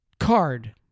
Card